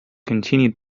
continued